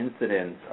incidents